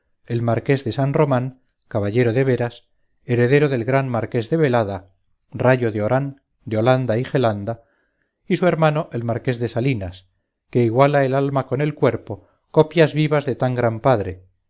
el marqués de san román caballero de veras heredero del gran marqués de velada rayo de orán de holanda y gelanda y su hermano el marqués de salinas que iguala el alma con el cuerpo copias vivas de tan gran padre